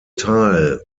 teil